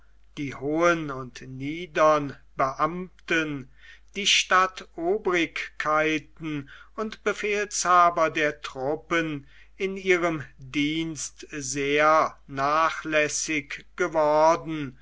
die hohen und niedern beamten die stadtobrigkeiten und befehlshaber der truppen in ihrem dienste sehr nachlässig geworden